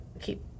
keep